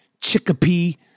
Chicopee